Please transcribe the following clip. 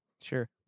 Sure